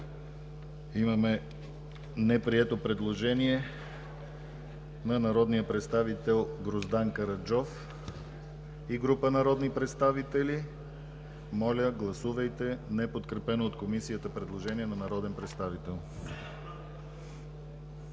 Имаме неприето предложение на народния представител Гроздан Караджов и група народни представители. Гласувайте неподкрепено от Комисията предложение на народен представител.